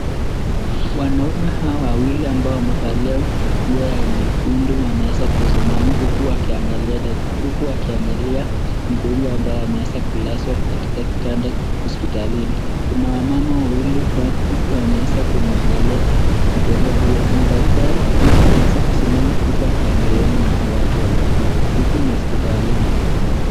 Wanaume hawa wawili ambao wamevalia nguo ya nyekundu wameweza kusimama huku wakianhakia mgonjwa ambaye amelazwa katika kitanda hospitalini kuna wamama wawili wanaweza kumwangalia mgonjwa huyo. Kuna daktari pia ameweza kusimama huku akiangaliana na hao watu wa nyekundu huku ni hospitalini.